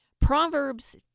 Proverbs